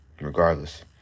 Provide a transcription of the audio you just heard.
regardless